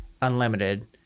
unlimited